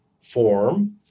form